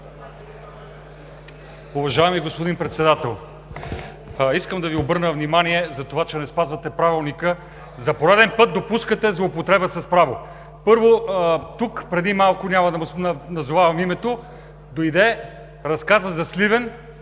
Уважаеми господин Председател, искам да Ви обърна внимание за това, че не спазвате Правилника. За пореден път допускате злоупотреба с право! Първо, тук преди малко – няма да му назовавам името, дойде, разказа за Сливен